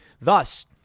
Thus